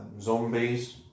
zombies